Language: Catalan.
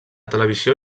televisió